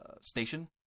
station